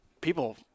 people –